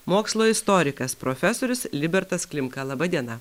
mokslo istorikas profesorius libertas klimka laba diena